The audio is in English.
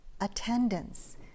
attendance